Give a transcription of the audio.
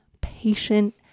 patient